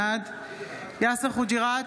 בעד יאסר חוג'יראת,